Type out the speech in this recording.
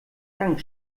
dank